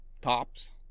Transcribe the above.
tops